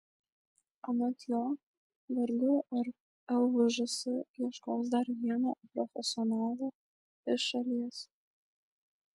anot jo vargu ar lvžs ieškos dar vieno profesionalo iš šalies